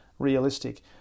realistic